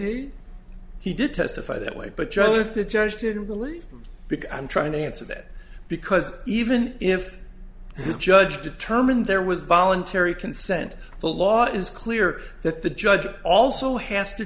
he he did testify that way but joe if the judge didn't believe because i'm trying to answer that because even if the judge determined there was voluntary consent the law is clear that the judge also has to